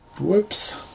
Whoops